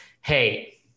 hey